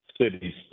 cities